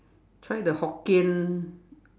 try the Hokkien